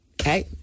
Okay